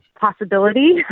possibility